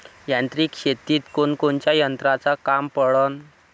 यांत्रिक शेतीत कोनकोनच्या यंत्राचं काम पडन?